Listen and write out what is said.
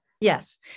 Yes